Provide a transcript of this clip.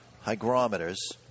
hygrometers